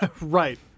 Right